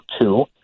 two